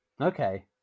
Okay